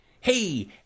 Hey